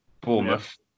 Bournemouth